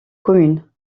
commune